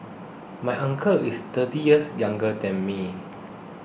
my uncle is thirty years younger than me